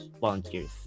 volunteers